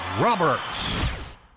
Roberts